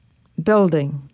building.